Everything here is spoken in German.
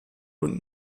und